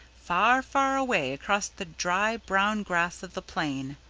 far, far away across the dry brown grass of the plain.